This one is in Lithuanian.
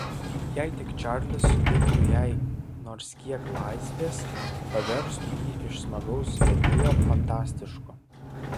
jei tik čarlis suteiktų jai nors kiek laisvės paverstų jį iš smagaus vedėjo fantastišku